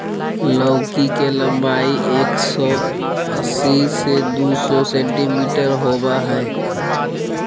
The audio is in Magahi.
लौकी के लम्बाई एक सो अस्सी से दू सो सेंटीमिटर होबा हइ